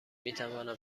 میتوانم